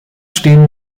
stehen